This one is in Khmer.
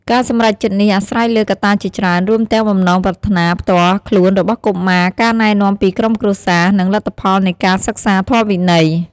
ការសម្រេចចិត្តនេះអាស្រ័យលើកត្តាជាច្រើន រួមទាំងបំណងប្រាថ្នាផ្ទាល់ខ្លួនរបស់កុមារ ការណែនាំពីក្រុមគ្រួសារ និងលទ្ធផលនៃការសិក្សាធម៌វិន័យ។